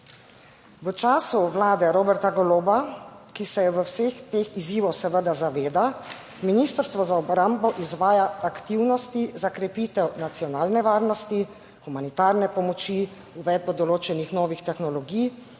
V času Vlade Roberta Goloba, ki se v vseh teh izzivov seveda zaveda, Ministrstvo za obrambo izvaja aktivnosti za krepitev nacionalne varnosti, humanitarne pomoči, uvedbo določenih novih tehnologij,